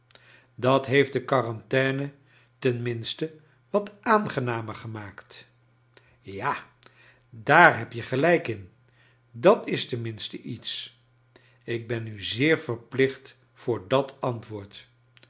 dat heeft de quarantaine ten minste wat aangenamer gemaakt ja daar heb je gelijk in dat is ten minste iets ik ben u zeer verplicht voor dat antwoord